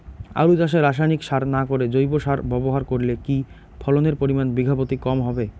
আলু চাষে রাসায়নিক সার না করে জৈব সার ব্যবহার করলে কি ফলনের পরিমান বিঘা প্রতি কম হবে?